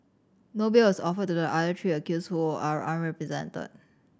no bail was offered to the other three accused who are unrepresented